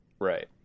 Right